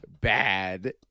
bad